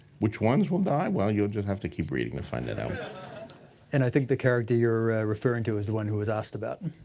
which ones will die? well, you'll just have to keep reading to find it out. dan and i think the character you're referring to is the one who was asked about.